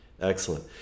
Excellent